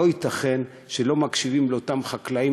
לא ייתכן שלא מקשיבים לאותם חקלאים,